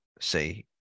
say